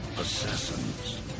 Assassins